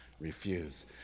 refuse